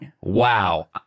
Wow